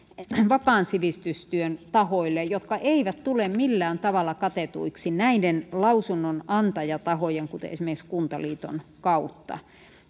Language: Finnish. vapaan sivistystyön tahoille jotka eivät tule millään tavalla katetuiksi näiden lausunnonantajatahojen kuten esimerkiksi kuntaliiton kautta